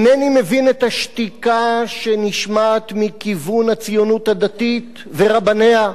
את השתיקה שנשמעת מכיוון הציונות הדתית ורבניה,